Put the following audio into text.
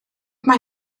mae